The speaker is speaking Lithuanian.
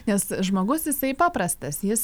nes žmogus jisai paprastas jis